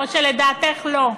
או שלדעתך לא?